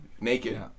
naked